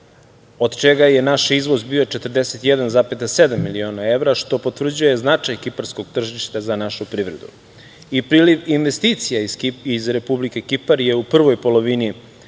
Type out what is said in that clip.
od čega je naš izvoz bio 41,7 miliona evra, što potvrđuje značaj kiparskog tržišta za našu privredu i priliv investicija iz Republike Kipar je u prvoj polovini